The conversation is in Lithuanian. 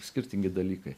skirtingi dalykai